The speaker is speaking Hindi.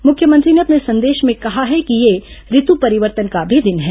मुख्यमंत्री ने अपने संदेश में कहा है कि यह ऋतु परिवर्तन का भी दिन है